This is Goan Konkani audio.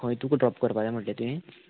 खंय तुका ड्रॉप करपा जाय म्हटलें तुवें